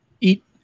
eat